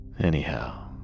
Anyhow